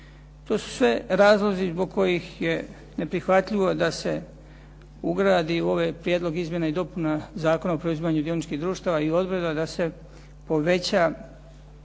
To su sve razlozi zbog kojih je neprihvatljivo da se ugradi u ovaj Prijedlog izmjene i dopuna Zakona o preuzimanju dioničkih društava i odredaba da se poveća